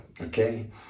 Okay